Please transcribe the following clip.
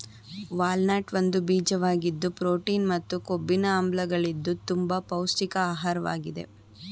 walnut ಒಂದು ಬೀಜವಾಗಿದ್ದು protein ಮತ್ತು ಕೊಬ್ಬಿನ ಆಮ್ಲಗಳಿದ್ದು ತುಂಬ ಪೌಷ್ಟಿಕ ಆಹಾರ್ವಾಗಿದೆ